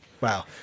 wow